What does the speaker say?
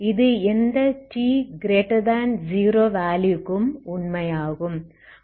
இது எந்த t0 வேல்யூக்கும் உண்மையாகும்